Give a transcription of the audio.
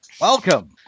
welcome